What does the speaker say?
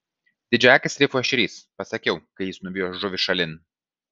didžiaakis rifų ešerys pasakiau kai jis nuvijo žuvį šalin